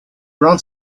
around